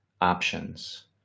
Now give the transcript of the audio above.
options